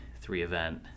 three-event